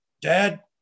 dad